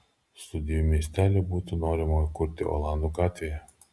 studijų miestelį būtų norima įkurti olandų gatvėje